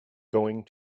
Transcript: going